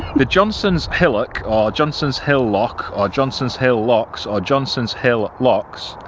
the johnsons hillock or johnson's hill lock or johnson's hill locks are johnson's hill locks,